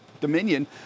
Dominion